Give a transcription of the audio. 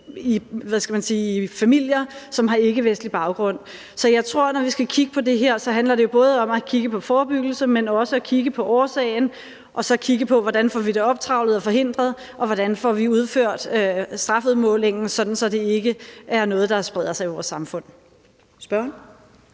familier, som har ikkevestlig baggrund. Så jeg tror, at det, når vi skal kigge på det her, jo så både handler om at kigge på forebyggelsen, men også at kigge på årsagen, og så kigge på, hvordan vi får det optrævlet og forhindret, og hvordan vi får udført strafudmålingen, så det ikke er noget, der spreder sig i vores samfund.